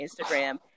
Instagram